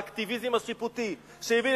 האקטיביזם השיפוטי שהביא,